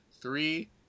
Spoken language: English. three